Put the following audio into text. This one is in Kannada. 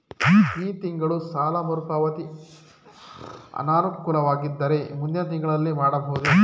ಈ ತಿಂಗಳು ಸಾಲ ಮರುಪಾವತಿ ಅನಾನುಕೂಲವಾಗಿದ್ದರೆ ಮುಂದಿನ ತಿಂಗಳಲ್ಲಿ ಮಾಡಬಹುದೇ?